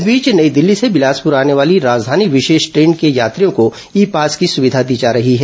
इस बीच नई दिल्ली से बिलासपुर आने वाली राजधानी विशेष ट्रेन के यात्रियों को ई पास की सुविधा दी जा रही है